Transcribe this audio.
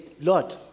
Lord